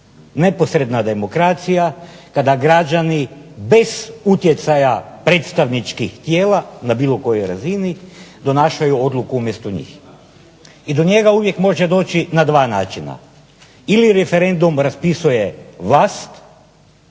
Neposredna demokracija, kada građani bez utjecaja predstavničkih tijela na bilo kojoj razini donašaju odluku umjesto njih i do njega uvijek može doći na dva načina: ili referendum raspisuje vlast